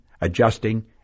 adjusting